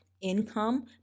income